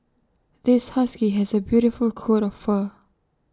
this husky has A beautiful coat of fur